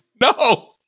No